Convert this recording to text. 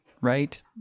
right